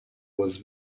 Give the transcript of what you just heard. was